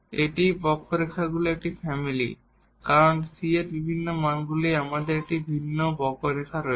এটিই কার্ভগুলির একটি ফ্যামিলি কারণ এই c এর বিভিন্ন মানগুলির আমাদের একটি ভিন্ন কার্ভ রয়েছে